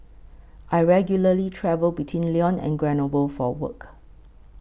I regularly travel between Lyon and Grenoble for work